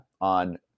on